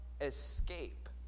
escape